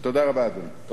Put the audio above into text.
תודה רבה, אדוני.